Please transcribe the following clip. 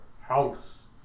House